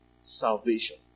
Salvation